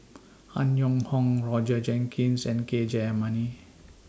Han Yong Hong Roger Jenkins and K Jayamani